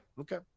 Okay